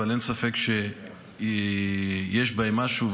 אבל אין ספק שיש בהם משהו,